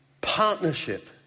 partnership